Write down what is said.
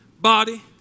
body